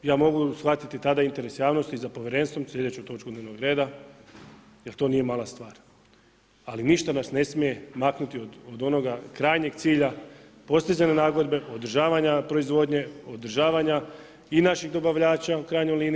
Ja mogu shvatiti tada interes javnosti za povjerenstvom sljedeću točku dnevnog reda jer to nije mala stvar, ali ništa nas ne smije maknuti od onoga krajnjeg cilja, postizanja nagodbe, održavanja proizvodnje, održavanja i naših dobavljača u krajnjoj liniji.